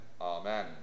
Amen